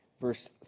Verse